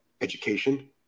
education